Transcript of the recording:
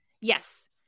yes